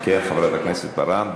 חברת הכנסת פארן,